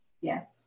yes